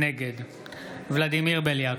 נגד ולדימיר בליאק,